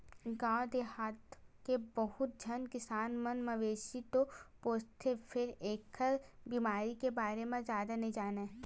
गाँव देहाथ के बहुत झन किसान मन मवेशी तो पोसथे फेर एखर बेमारी के बारे म जादा नइ जानय